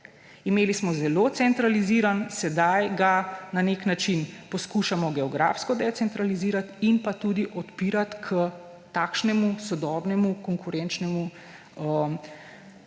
Imeli smo zelo centraliziran, sedaj ga na nek način poslušamo geografsko decentralizirati in pa tudi odpirati k takšnemu, sodobnemu, konkurenčnemu